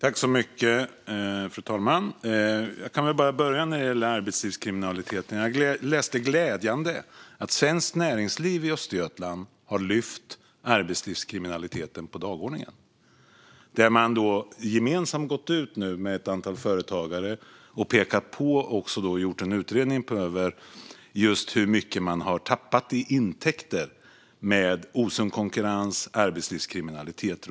Fru talman! Jag kan börja med arbetslivskriminaliteten. Jag läste, glädjande nog, att Svenskt Näringsliv i Östergötland har lyft upp arbetslivskriminaliteten på dagordningen. Man har gemensamt gått ut med ett antal företagare och pekat på detta och även gjort en utredning av hur mycket man har tappat i intäkter genom osund konkurrens och arbetslivskriminalitet.